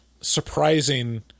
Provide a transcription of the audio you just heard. surprising